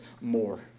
more